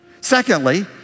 Secondly